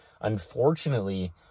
unfortunately